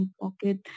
pocket